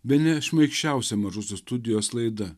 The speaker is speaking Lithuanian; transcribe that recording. bene šmaikščiausia mažosios studijos laida